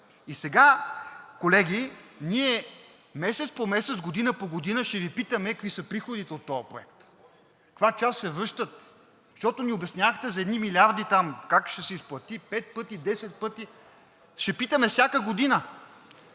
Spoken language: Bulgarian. И сега, колеги, ние месец по месец, година по година ще Ви питаме какви са приходите от този проект, каква част се връщат, защото ни обяснявахте за едни милиарди там, как ще се изплати пет пъти, десет пъти. Ще питаме всяка година,